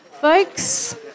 folks